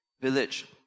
village